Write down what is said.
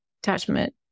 attachment